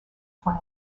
plan